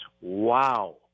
Wow